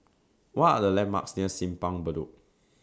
What Are The landmarks near Simpang Bedok